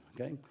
okay